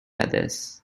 others